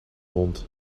wond